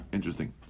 Interesting